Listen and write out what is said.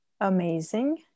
amazing